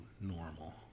normal